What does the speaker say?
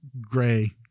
gray